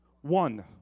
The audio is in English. one